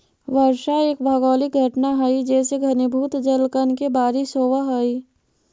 वर्षा एक भौगोलिक घटना हई जेसे घनीभूत जलकण के बारिश होवऽ हई